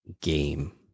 game